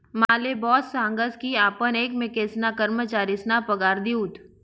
माले बॉस सांगस की आपण एकमेकेसना कर्मचारीसना पगार दिऊत